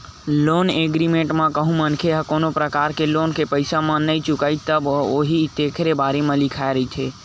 loan agreement म कहूँ मनखे ह कोनो परकार ले लोन के पइसा ल नइ चुकाइस तब का होही तेखरो बारे म लिखाए रहिथे